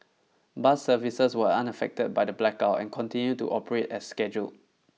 bus services were unaffected by the blackout and continued to operate as scheduled